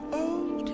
old